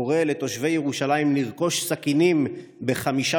קורא לתושבי ירושלים לרכוש סכינים בחמישה